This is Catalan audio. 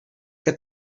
que